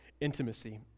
intimacy